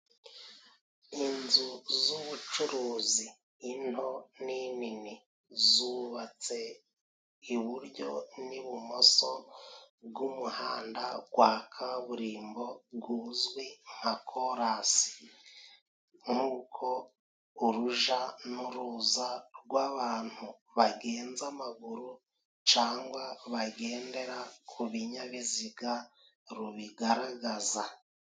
Inzu z'ubucuruzi into n'inini, zubatse iburyo n'ibumoso bw'umuhanda gwa kaburimbo guzwi nka kolasi, nk'uko uruja n'uruza rw'abantu bagenza amaguru, cangwa bagendera ku binyabiziga rubigaragaza.